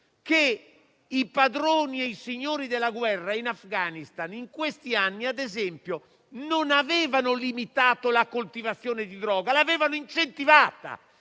che i padroni e i signori della guerra in Afghanistan in questi anni - ad esempio - non hanno limitato la coltivazione di droga, ma l'hanno incentivata.